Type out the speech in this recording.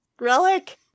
relic